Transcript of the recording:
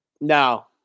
No